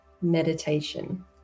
meditation